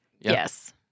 Yes